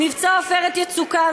מבצע "עופרת יצוקה",